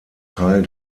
teil